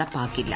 നടപ്പാക്കില്ല